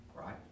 right